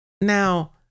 Now